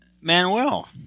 Manuel